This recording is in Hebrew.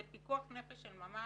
זה פיקוח נפש של ממש.